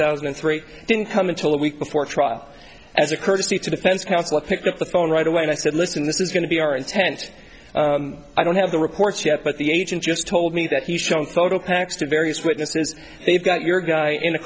thousand and three didn't come until a week before trial as a courtesy to the fence counsel i picked up the phone right away and i said listen this is going to be our intent i don't have the reports yet but the agent just told me that he's shown photo packs to various witnesses they've got your guy in a